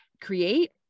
create